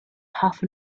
half